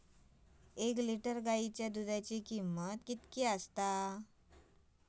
एक लिटर गायीच्या दुधाची किमंत किती आसा?